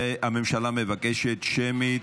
והממשלה מבקשת שמית.